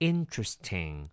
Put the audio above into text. Interesting